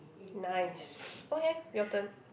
nice okay your turn